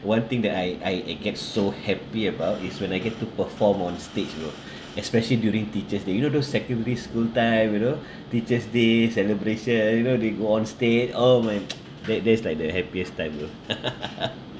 one thing that I I I gets so happy about is when I get to perform on stage bro especially during teacher's day you know those secondary school time you know teacher's day celebration you know they go on stage oh my that that's like the happiest time bro